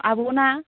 आब' ना